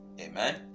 Amen